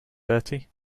bertie